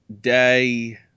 day